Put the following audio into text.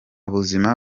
buzima